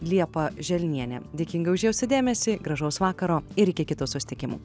liepa želnienė dėkinga už jūsų dėmesį gražaus vakaro ir iki kitų susitikimų